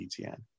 BTN